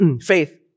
faith